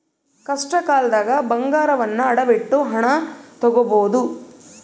ಕಷ್ಟಕಾಲ್ದಗ ಬಂಗಾರವನ್ನ ಅಡವಿಟ್ಟು ಹಣ ತೊಗೋಬಹುದು